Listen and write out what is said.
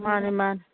ꯃꯥꯅꯤ ꯃꯥꯅꯤ